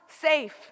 safe